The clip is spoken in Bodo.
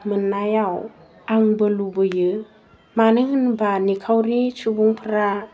मोन्नायाव आंबो लुबैयो मानो होनबा निखावरि सुबुंफ्रा